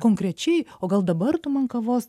konkrečiai o gal dabar tu man kavos